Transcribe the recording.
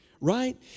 Right